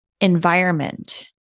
environment